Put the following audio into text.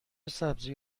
سبزی